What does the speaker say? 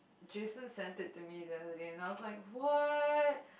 Jason sent it to me the other day then I was like what